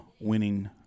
winning